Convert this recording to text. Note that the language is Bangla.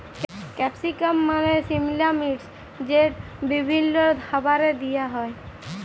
ক্যাপসিকাম মালে সিমলা মির্চ যেট বিভিল্ল্য খাবারে দিঁয়া হ্যয়